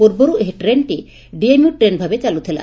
ପୂର୍ବରୁ ଏହି ଟ୍ରେନ୍ଟି ଡିଏମ୍ୟୁ ଟ୍ରେନ୍ ଭାବେ ଚାଲୁଥିଲା